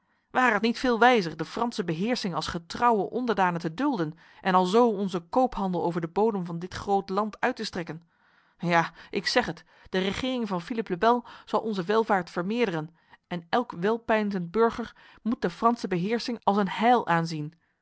ware het niet veel wijzer de franse beheersing als getrouwe onderdanen te dulden en alzo onze koophandel over de bodem van dit groot land uit te strekken ja ik zeg het de regering van philippe le bel zal onze welvaart vermeerderen en elk welpeinzend burger moet de franse beheersing als een heil aanzien